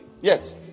yes